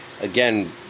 again